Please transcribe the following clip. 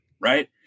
right